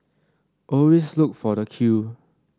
always look for the queue